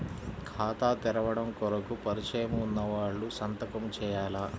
ఖాతా తెరవడం కొరకు పరిచయము వున్నవాళ్లు సంతకము చేయాలా?